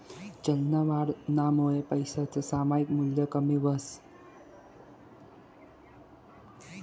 चलनवाढनामुये पैसासनं सामायिक मूल्य कमी व्हस